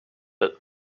but